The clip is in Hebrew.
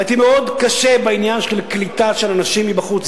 הייתי מאוד קשה בעניין של קליטה של אנשים מבחוץ,